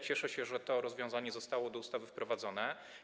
Cieszę się, że to rozwiązanie zostało do ustawy wprowadzone.